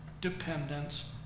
dependence